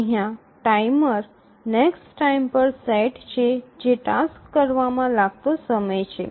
અહીયાં timer next time પર set છે જે ટાસ્ક કરવામાં લાગતો સમય છે